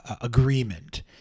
agreement